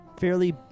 fairly